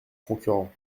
concurrent